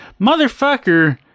motherfucker